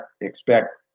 expect